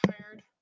tired